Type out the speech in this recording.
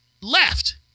left